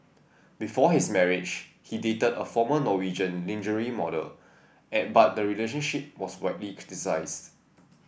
before his marriage he dated a former Norwegian lingerie model and but the relationship was widely criticised